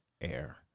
air